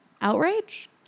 outrage